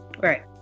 Right